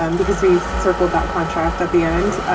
um because we circled that contract at the end,